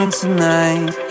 tonight